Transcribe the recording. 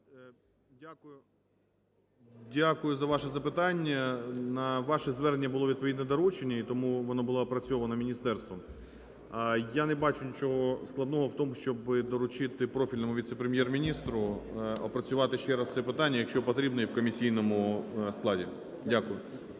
дякую за ваше запитання. На ваше звернення було відповідне доручення, і тому воно було опрацьовано міністерством. Я не бачу нічого складного в тому, щоб доручити профільному віце-прем’єр-міністру опрацювати ще раз це питання, якщо потрібно, і в комісійному складі. Дякую.